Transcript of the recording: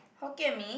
Hokkien-Mee